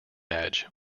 edge